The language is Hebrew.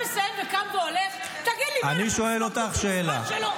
נראה לך הגיוני,